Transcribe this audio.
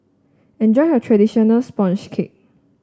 enjoy your traditional sponge cake